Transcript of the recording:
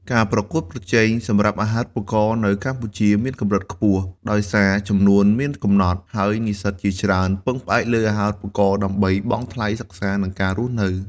ការប្រកួតប្រជែងសម្រាប់អាហារូបករណ៍នៅកម្ពុជាមានកម្រិតខ្ពស់ ដោយសារចំនួនមានកំណត់ ហើយនិស្សិតជាច្រើនពឹងផ្អែកលើអាហារូបករណ៍ដើម្បីបង់ថ្លៃសិក្សានិងការរស់នៅ។